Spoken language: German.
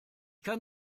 kann